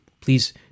please